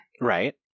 Right